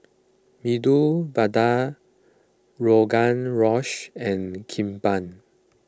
Medu Vada Rogan Rosh and Kimbap